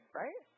right